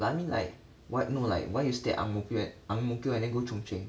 no I mean wh~ no like why you stay at ang mo kio at ang mo kio and then go chung cheng